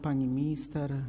Pani Minister!